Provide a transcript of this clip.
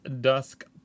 dusk